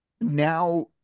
now